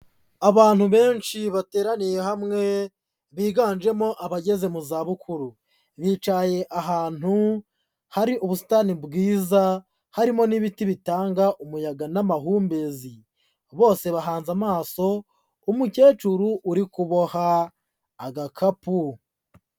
Abantu benshi bateraniye hamwe biganjemo abageze mu zabukuru, bicaye ahantu hari ubusitani bwiza, harimo n'ibiti bitanga umuyaga n'amahumbezi, bose bahanze amaso umukecuru uri kuboha agakapu.